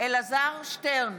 אלעזר שטרן,